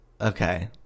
Okay